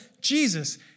Jesus